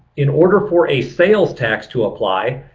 in order for a sales tax to apply,